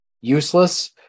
useless